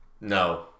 No